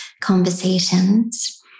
conversations